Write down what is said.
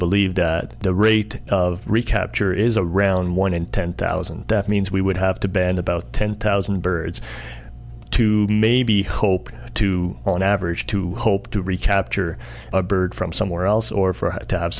believe the rate of recapture is around one in ten thousand that means we would have to band about ten thousand birds to maybe hope to on average to hope to recapture a bird from somewhere else or to h